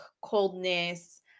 coldness